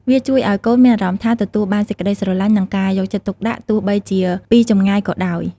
វាជួយឲ្យកូនមានអារម្មណ៍ថាទទួលបានសេចក្ដីស្រឡាញ់ និងការយកចិត្តទុកដាក់ ទោះបីជាពីចម្ងាយក៏ដោយ។